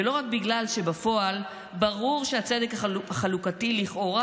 ולא רק בגלל שבפועל ברור שהצדק החלוקתי לכאורה